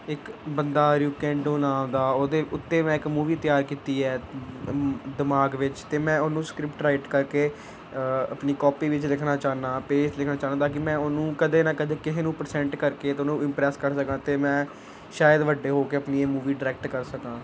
ਇੱਕ ਬੰਦਾ ਰੂਕੈਨਡੋ ਨਾਮ ਦਾ ਉਹਦੇ ਉੱਤੇ ਮੈਂ ਇੱਕ ਮੂਵੀ ਤਿਆਰ ਕੀਤੀ ਹੈ ਦਿਮਾਗ ਵਿੱਚ ਅਤੇ ਮੈਂ ਉਹਨੂੰ ਸਕ੍ਰਿਪਟ ਰਾਈਟ ਕਰਕੇ ਆਪਣੀ ਕਾਪੀ ਵਿੱਚ ਲਿਖਣਾ ਚਾਹੁੰਦਾ ਪੇਜ ਲਿਖਣਾ ਚਾਹੁੰਦਾ ਤਾਂ ਕਿ ਮੈਂ ਉਹਨੂੰ ਕਦੇ ਨਾ ਕਦੇ ਕਿਸੇ ਨੂੰ ਪਰਸੈਂਟ ਕਰਕੇ ਤਾਂ ਉਹਨੂੰ ਇੰਪਰੈਸ ਕਰ ਸਕਾਂ ਅਤੇ ਮੈਂ ਸ਼ਾਇਦ ਵੱਡੇ ਹੋ ਕੇ ਆਪਣੀ ਇਹ ਮੂਵੀ ਡਾਇਰੈਕਟ ਕਰ ਸਕਾਂ